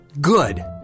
Good